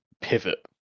pivot